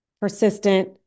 persistent